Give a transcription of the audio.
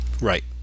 Right